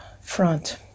front